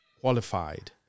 qualified